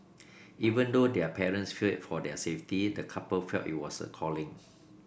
even though their parents feared for their safety the couple felt it was a calling